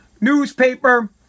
newspaper